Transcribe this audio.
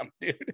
dude